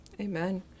Amen